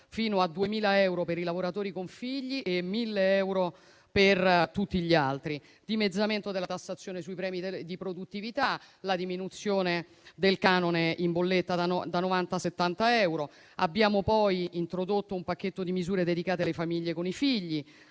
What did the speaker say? fino a 2.000 euro per i lavoratori con figli e 1.000 euro per tutti gli altri; il dimezzamento della tassazione sui premi di produttività; la diminuzione del canone in bolletta da 90 a 70 euro. Abbiamo poi introdotto un pacchetto di misure dedicate alle famiglie con figli: